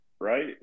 right